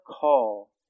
call